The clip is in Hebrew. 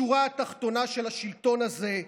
בשורה התחתונה, השלטון הזה,